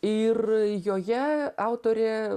ir joje autorė